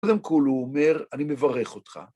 קודם כול הוא אומר, אני מברך אותך.